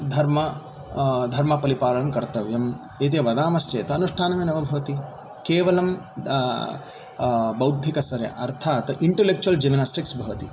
धर्म धर्मपरिपालणं कर्तव्यम् इति वदामश्चेत् अनुष्ठाननमेव भवति केवलं बौद्धिकसरे अर्थात् इण्टलेक्च्युवल् जिमिनास्टिक्स् भवति